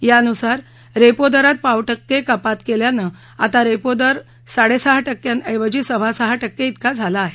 यानुसार रेपो दरात पाव टक्के कपात केल्यानं आता रेपो दर साडे सहा टक्क्यांऐवजी सव्वा सहा टक्के तिका झाला आहे